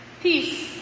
peace